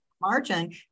margin